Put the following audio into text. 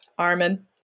armin